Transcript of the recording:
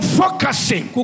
focusing